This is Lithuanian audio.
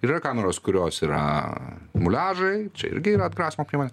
yra kameros kurios yra muliažai čia irgi yra atgrasymo priemonė